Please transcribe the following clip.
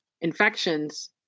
infections